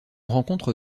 rencontre